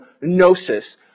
gnosis